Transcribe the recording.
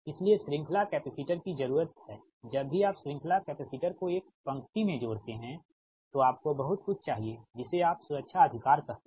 इसलिए श्रृंखला कैपेसिटर की जरूरत है जब भी आप श्रृंखला कैपेसिटर को एक पंक्ति में जोड़ते हैं तो आपको बहुत कुछ चाहिए जिसे आप सुरक्षा अधिकार कहते हैं